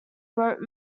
wrote